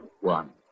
one